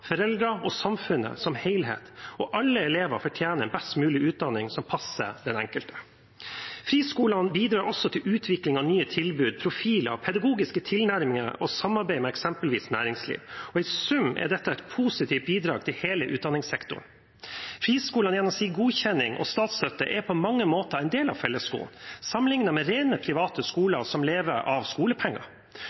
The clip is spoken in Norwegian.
foreldre og samfunnet som helhet, og alle elever fortjener en best mulig utdanning som passer den enkelte. Friskolene bidrar også til utvikling av nye tilbud, profiler og pedagogiske tilnærminger og samarbeid med eksempelvis næringslivet. I sum er dette et positivt bidrag til hele utdanningssektoren. Friskolene er gjennom sin godkjenning og statsstøtte på mange måter en del av fellesskolen sammenlignet med rene private skoler, som lever av skolepenger.